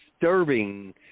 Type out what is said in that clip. disturbing